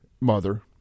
mother